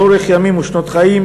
לאורך ימים ושנות חיים.